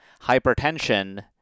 hypertension